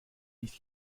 nicht